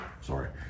Sorry